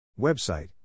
Website